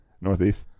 northeast